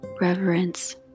reverence